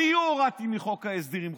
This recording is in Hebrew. אני הורדתי מחוק ההסדרים חוקים.